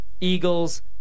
Eagles